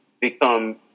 become